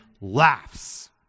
laughs